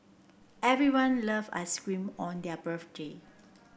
everyone love ice cream on their birthday